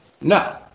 No